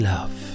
Love